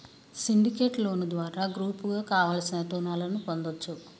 syndicate loan ద్వారా గ్రూపుగా కావలసిన రుణాలను పొందచ్చు